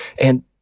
And-